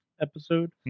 episode